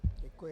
Děkuji.